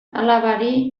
alabari